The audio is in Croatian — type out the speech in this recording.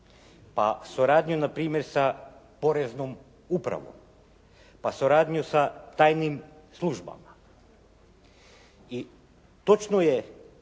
pa suradnju na primjer sa poreznom upravom, pa suradnju sa tajnim službama i točno je